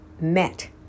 met